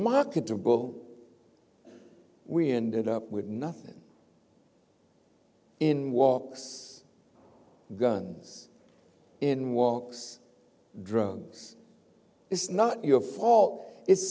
marketable we ended up with nothing in walks guns in walks drugs it's not your fault it's